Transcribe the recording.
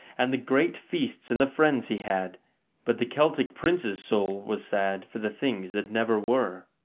and the great feasts and the friends he had but the celtic prince's soul was sad for the things that never were.